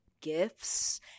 gifts